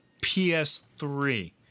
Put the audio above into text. PS3